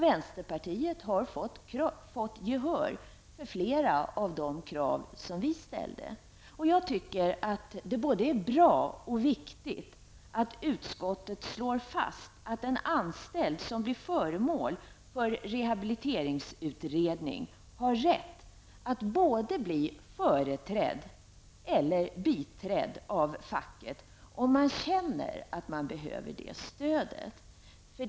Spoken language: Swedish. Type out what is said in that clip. Vänsterpartiet har fått gehör för många av sina krav. Jag tycker det är bra och riktigt att utskottet slår fast att en anställd som blir föremål för rehabiliteringsutredning har rätt att bli både företrädd och biträdd av facket om han eller hon känner att det stödet behövs.